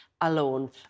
alone